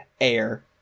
air